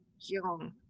young